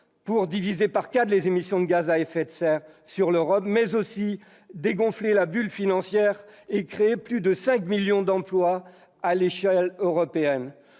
pour diviser par quatre les émissions de gaz à effet de serre en Europe, mais aussi dégonfler la bulle financière et créer plus de 5 millions d'emplois à l'échelle européenne,